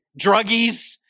druggies